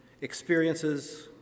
experiences